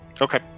Okay